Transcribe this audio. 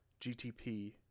gtp